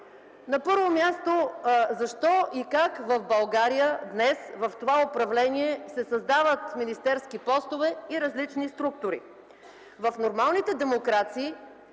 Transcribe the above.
На първо място – защо и как в България днес, в това управление, се създават министерски постове и различни структури. В нормалните демокрации